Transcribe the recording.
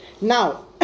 now